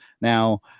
Now